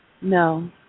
No